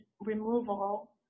removal